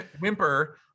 Whimper